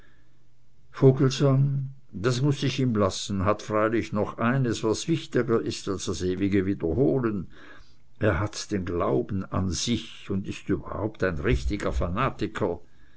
vogelsang das muß ich ihm lassen hat freilich noch eines was wichtiger ist als das ewige wiederholen er hat den glauben an sich und ist überhaupt ein richtiger fanatiker